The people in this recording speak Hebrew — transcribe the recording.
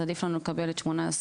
אז עדיף לנו לקבל את 2018,